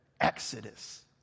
Exodus